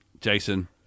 Jason